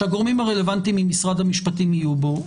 שהגורמים הרלוונטיים ממשרד המשפטים יהיו בו.